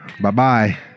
bye-bye